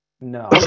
No